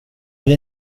vill